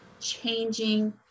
changing